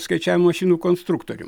skaičiavimo mašinų konstruktorium